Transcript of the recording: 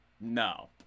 No